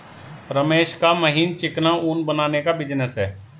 रमेश का महीन चिकना ऊन बनाने का बिजनेस है